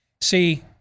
See